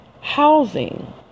housing